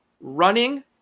running